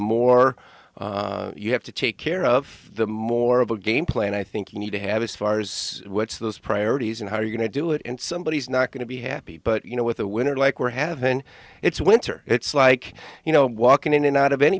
more you have to take care of the more of a game play and i think you need to have as far as which those priorities and how you're going to do it and somebody is not going to be happy but you know with a winter like we're have been it's winter it's like you know walking in and out of any